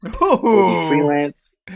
Freelance